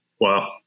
wow